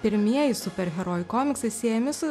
pirmieji superherojų komiksai siejami su